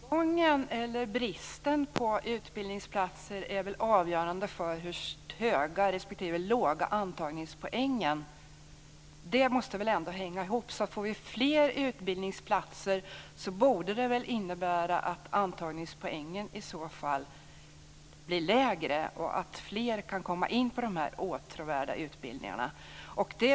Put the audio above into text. Fru talman! Men tillgången eller bristen på utbildningsplatser är väl avgörande för hur hög respektive låg antagningspoängen är. Det måste väl hänga ihop. Om vi får fler utbildningsplatser borde det innebära att antagningspoängen blir lägre och att fler kan komma in på de åtråvärda utbildningarna.